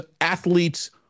athletes